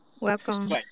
Welcome